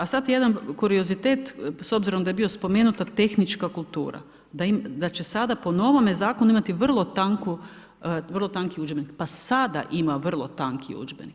A sada jedan kuriozitet, s obzirom da je bila spomenuta tehnička kultura, da će sada po novome zakonu imati vrlo tanki udžbenik, pa sada ima vrlo tanki udžbenik.